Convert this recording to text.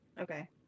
Okay